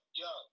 yo